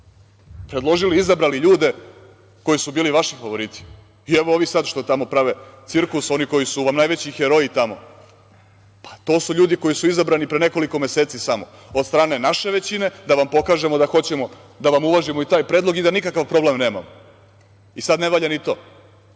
predložili, izabrali ljude koji su bili vaši favoriti i evo ovi sad što tamo prave cirkus, oni koji su vam najveći heroji tamo. Pa, to su ljudi koji su izabrani pre samo nekoliko meseci od strane naše većine, da vam pokažemo da hoćemo da vam uvažimo i taj predlog i da nikakav problem nemamo. Sad ne valja ni to.I,